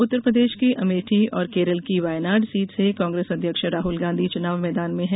उत्तरप्रदेश की अमेठी और केरल की वायनाड सीट से कांग्रेस अध्यक्ष राहुल गांधी चुनाव मैदान में हैं